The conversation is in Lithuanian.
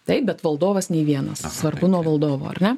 taip bet valdovas nei vienas svarbu nuo valdovo ar ne